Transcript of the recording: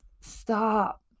stop